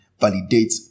validate